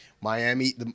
Miami